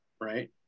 right